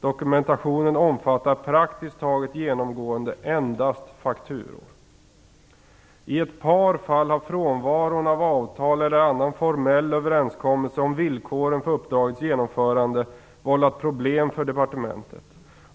Dokumentationen omfattar praktiskt taget genomgående endast fakturor.--- I ett par fall har frånvaron av avtal eller annan formell överenskommelse om villkoren för uppdragets genomförande vållat problem för departementet.